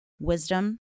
wisdom